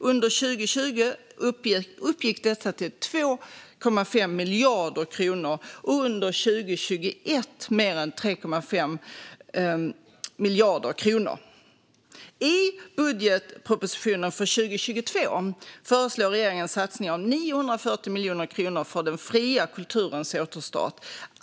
Under 2020 uppgick detta till 2,5 miljarder kronor, och under 2021 uppgick det till mer än 3,5 miljarder kronor. I budgetpropositionen för 2022 föreslår regeringen satsningar om 940 miljoner kronor på den fria kulturens återstart.